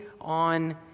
on